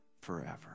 forever